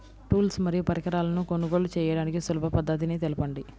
Tools మరియు పరికరాలను కొనుగోలు చేయడానికి సులభ పద్దతి తెలపండి?